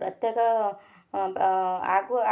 ପ୍ରତ୍ୟେକ